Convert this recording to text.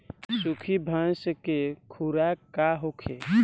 बिसुखी भैंस के खुराक का होखे?